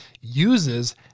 uses